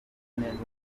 neza